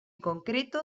concreto